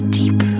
deep